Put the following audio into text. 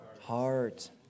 heart